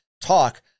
talk